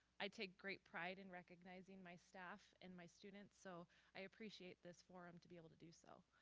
i take great pride in recognizing my staff and my students. so i appreciate this forum to be able to do so.